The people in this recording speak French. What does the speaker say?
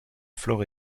flore